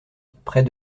près